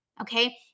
Okay